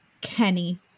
Kenny